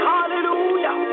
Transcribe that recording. Hallelujah